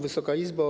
Wysoka Izbo!